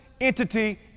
entity